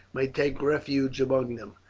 may take refuge among them.